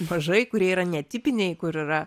mažai kurie yra netipiniai kur yra